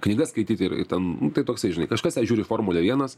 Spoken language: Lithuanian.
knygas skaityti ir ten nu tai toksai žinai kažkas žiūri formulę vienas